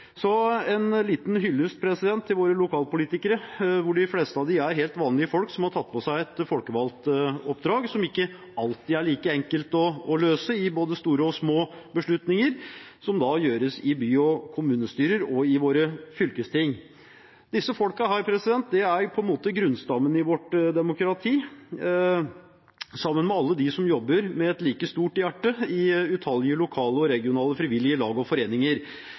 en liten hyllest til våre lokalpolitikere. De fleste av dem er helt vanlige folk som har tatt på seg et folkevalgt oppdrag som ikke alltid er like enkelt å løse, i både store og små beslutninger som gjøres i by- og kommunestyrer og i våre fylkesting. Disse folka er på en måte grunnstammen i vårt demokrati, sammen med alle dem som jobber med et like stort hjerte i utallige lokale og regionale frivillige lag og foreninger.